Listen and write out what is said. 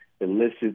elicits